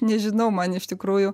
nežinau man iš tikrųjų